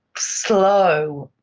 slow,